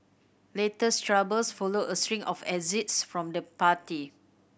latest troubles follow a string of exits from the party